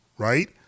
Right